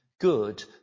good